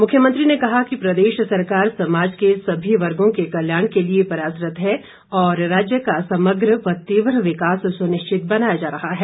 मुख्यमंत्री ने कहा कि प्रदेश सरकार समाज के सभी वर्गों के कल्याण के लिए प्रयासरत है और राज्य का समग्र व तीव्र विकास सुनिश्चित बनाया जा रहा है